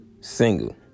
single